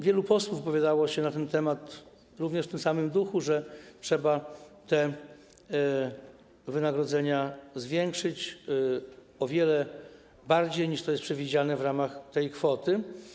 Wielu posłów wypowiadało się na ten temat również w tym samym duchu, że trzeba te wynagrodzenia zwiększyć o wiele bardziej, niż to jest przewidziane w ramach tej kwoty.